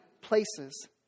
places